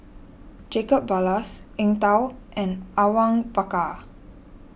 Jacob Ballas Eng Tow and Awang Bakar